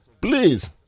please